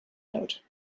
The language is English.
note